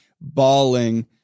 bawling